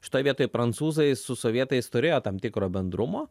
šitoj vietoj prancūzai su sovietais turėjo tam tikro bendrumo